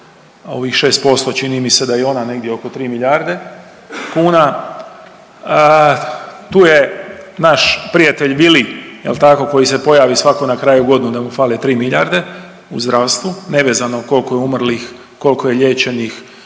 ovih 6%, čini mi se i da je ona negdje oko 3 milijarde kuna. Tu je naš prijatelj Vili jel tako koji se pojavi svako na kraju godine da mu fali 3 milijarde u zdravstvu nevezano kolko je umrlih, kolko je liječenih,